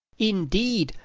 indeed,